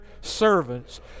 servants